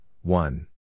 one